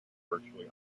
virtually